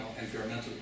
environmental